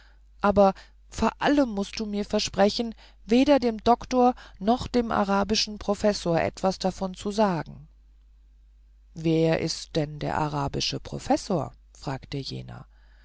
meer vor allem aber mußt du mir versprechen weder dem doktor noch dem arabischen professor etwas davon zu sagen wer ist denn der arabische professor fragte jener